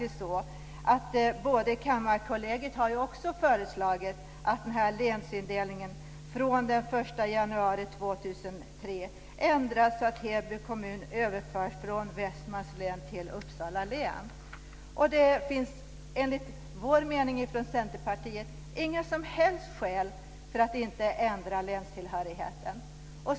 Kammarkollegiet har också föreslagit att länsindelningen från den 1 januari 2003 ändras så att Heby kommun överförs från Västmanlands län till Uppsala län. Det finns enligt vår mening i Centerpartiet inget som helst skäl för inte ändra länstillhörigheten.